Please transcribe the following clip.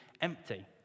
empty